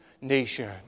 nation